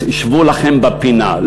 "שבו לכם בפינה".